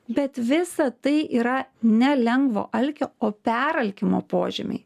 bet visa tai yra ne lengvo alkio o peralkimo požymiai